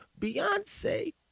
Beyonce